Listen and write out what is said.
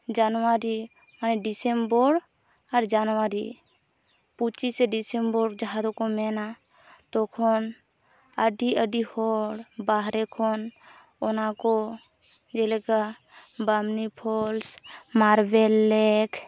ᱡᱟᱱᱣᱟᱨᱤ ᱰᱤᱥᱮᱢᱵᱚᱨ ᱟᱨ ᱡᱟᱱᱣᱟᱨᱤ ᱯᱚᱪᱤᱥᱮ ᱰᱤᱥᱮᱢᱵᱚᱨ ᱡᱟᱦᱟᱸᱫᱚ ᱠᱚ ᱢᱮᱱᱟ ᱛᱚᱠᱷᱚᱱ ᱟᱹᱰᱤ ᱟᱹᱰᱤ ᱦᱚᱲ ᱵᱟᱦᱨᱮ ᱠᱷᱚᱱ ᱚᱱᱟᱠᱚ ᱡᱮᱞᱮᱠᱟ ᱵᱟᱢᱱᱤ ᱯᱷᱚᱞᱥ ᱢᱟᱨᱵᱮᱞ ᱞᱮᱠ